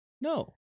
No